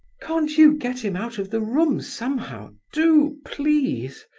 can't you get him out of the room, somehow? do, please,